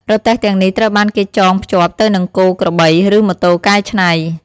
រទេះទាំងនេះត្រូវបានគេចងភ្ជាប់ទៅនឹងគោ ក្របី ឬម៉ូតូកែច្នៃ។